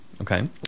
Okay